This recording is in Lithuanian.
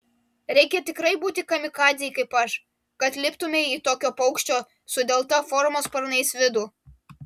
reikia tikrai būti kamikadzei kaip aš kad liptumei į tokio paukščio su delta formos sparnais vidų